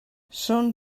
són